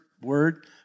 word